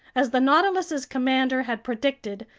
as the nautilus's commander had predicted,